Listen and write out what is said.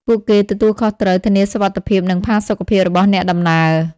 ពួកគេទទួលខុសត្រូវធានាសុវត្ថិភាពនិងផាសុកភាពរបស់អ្នកដំណើរ។